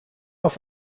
auf